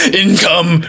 income